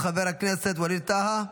חבר הכנסת ווליד טאהא,